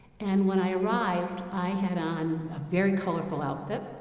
and when i arrived, i had on a very colorful outfit,